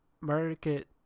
market